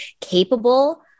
capable